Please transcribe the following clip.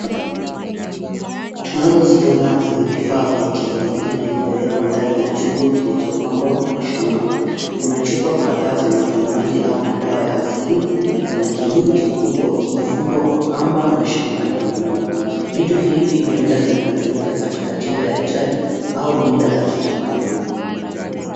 Tunazoziona ni vifaa vya kienyeji vilivyowekwa ndani ya chungu kilichopambwa kwa shanga. Kuna chupa kadhaa zenye vinywaji au madawa ya asili. Kuna kibuyu kikubwa, kimefungwa kwa kamba na shanga nyekundu. Vitu hivi huenda zikatumika katika tiba ya jadi au mila za kitamaduni.